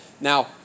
Now